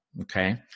okay